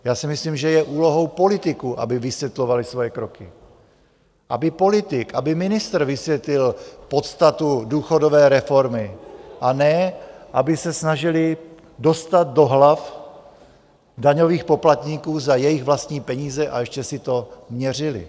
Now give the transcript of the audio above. Já si myslím, že je úlohou politiků, aby vysvětlovali svoje kroky, aby politik, aby ministr vysvětlil podstatu důchodové reformy, a ne aby se snažili dostat do hlav daňových poplatníků za jejich vlastní peníze a ještě si to měřili.